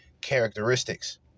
characteristics